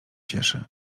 cieszy